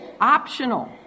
optional